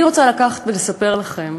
אני רוצה לספר לכם